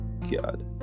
God